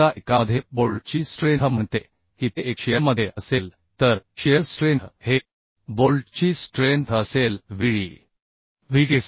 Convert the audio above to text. आता एकामध्ये बोल्टची स्ट्रेंथ म्हणते की ते एक शिअरमध्ये असेल तर शिअर स्ट्रेंथ हे बोल्टची स्ट्रेंथ असेल VD